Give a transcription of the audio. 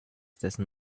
dessen